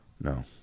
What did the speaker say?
No